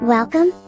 Welcome